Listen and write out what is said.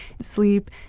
sleep